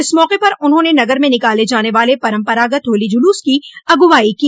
इस मौके पर उन्होंने नगर में निकाले जाने वाले परम्परागत होली जुलूस की अगुवाई की